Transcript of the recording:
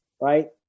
right